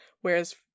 whereas